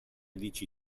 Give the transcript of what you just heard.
dici